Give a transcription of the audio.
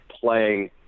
playing